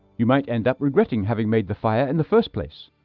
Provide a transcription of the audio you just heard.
you might end up regretting having made the fire in the first place.